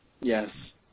Yes